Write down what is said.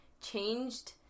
changed